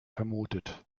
vermutet